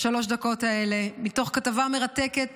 בשלוש הדקות האלה, מתוך כתבה מרתקת